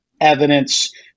evidence